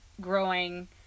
growing